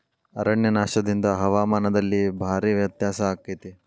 ಅರಣ್ಯನಾಶದಿಂದ ಹವಾಮಾನದಲ್ಲಿ ಭಾರೇ ವ್ಯತ್ಯಾಸ ಅಕೈತಿ